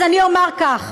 אז אני אומר כך: